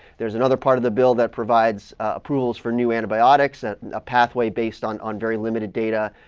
there's another part of the bill that provides approvals for new antibiotics, a pathway based on on very limited data,